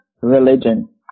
religion